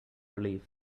relief